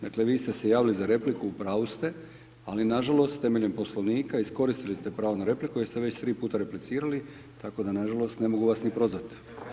Dakle, vi ste se javili za repliku, u pravu ste, ali nažalost, temeljem Poslovnika iskoristili ste pravo na repliku jer ste već 3 puta replicirali, tako da, nažalost, ne mogu vas ni prozvat.